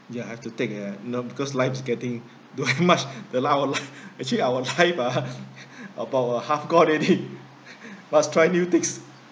you have to take uh you know because life is getting don't have much the life our life actually our life ah about a half gone already must try new things